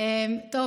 איל,